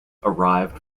arrived